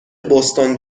بوستون